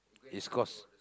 is cause